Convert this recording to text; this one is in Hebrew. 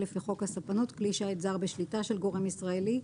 לפי חוק הספנות (כלי שיט זר בשליטה של גורם ישראלי),